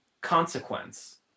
consequence